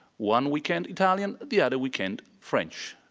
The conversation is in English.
one weekend italian, the other weekend french,